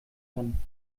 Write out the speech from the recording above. kann